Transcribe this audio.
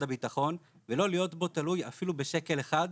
הביטחון ולא להיות תלוי בו אפילו בשקל אחד,